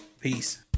Peace